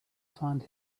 find